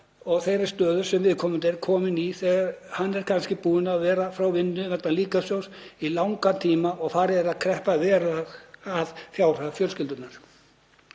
og þeirrar stöðu sem viðkomandi er kominn í þegar hann er kannski búinn að vera frá vinnu vegna líkamstjóns í langan tíma og farið er að kreppa verulega að fjárhag fjölskyldunnar.